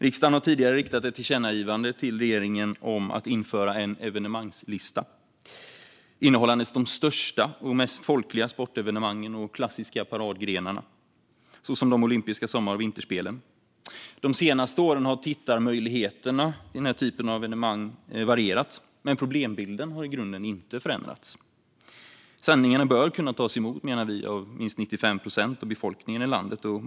Riksdagen har tidigare riktat ett tillkännagivande till regeringen om att införa en evenemangslista innehållande de största och mest folkliga sportevenemangen och de klassiska paradgrenarna så som de olympiska sommar och vinterspelen. De senaste åren har tittarmöjligheterna vid den här typen av evenemang varierat, men problembilden har i grunden inte förändrats. Sändningarna bör kunna tas emot, menar vi, av minst 95 procent av befolkningen i landet.